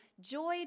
joy